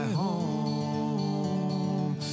home